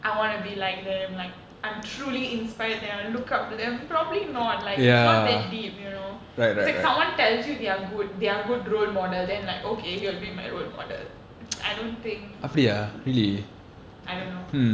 I wanna be like them like I'm truly inspired then I look to them probably not like it's not that deep you know it's like someone tells you they're good they're good role model then like okay he'll be my role model I don't think I don't know